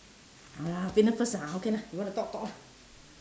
ah fitness first ah okay lah you want talk talk ah